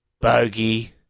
bogey